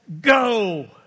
Go